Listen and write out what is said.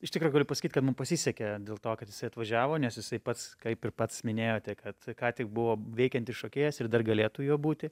iš tikro galiu pasakyt kad mum pasisekė dėl to kad jisai atvažiavo nes jisai pats kaip ir pats minėjote kad ką tik buvo veikiantis šokėjas ir dar galėtų juo būti